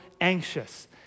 anxious